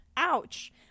Ouch